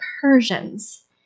Persians